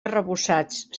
arrebossats